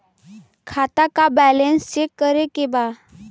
खाता का balance check करे के बा?